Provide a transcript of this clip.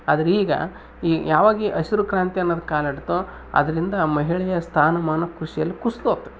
ಆದ್ರ ಈಗ ಈ ಯಾವಾಗ ಈ ಹಸಿರು ಕ್ರಾಂತಿ ಅನ್ನೋದು ಕಾಲಿಡ್ತೋ ಅದರಿಂದ ಮಹಿಳೆಯ ಸ್ಥಾನಮಾನ ಕೃಷಿಯಲ್ ಕುಸ್ದು ಹೋತ್